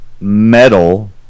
metal